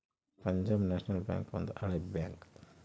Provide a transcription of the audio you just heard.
Punjab National Bank ಒಂದು ಹಳೆ bank